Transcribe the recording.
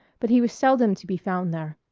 but he was seldom to be found there.